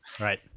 right